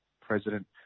president